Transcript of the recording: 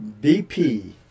BP